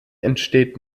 entsteht